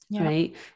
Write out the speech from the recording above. right